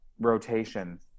rotation